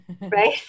Right